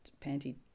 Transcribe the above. Panty